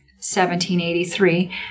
1783